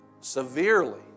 severely